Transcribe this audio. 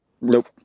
Nope